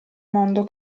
mondo